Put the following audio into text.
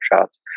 shots